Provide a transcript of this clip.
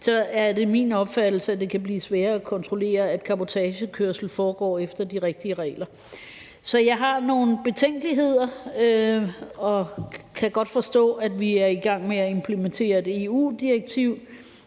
så er det min opfattelse, at det kan blive sværere at kontrollere, at cabotagekørsel foregår efter de rigtige regler. Så jeg har nogle betænkeligheder. Jeg kan godt forstå, at vi er i gang med at implementere et EU-direktiv,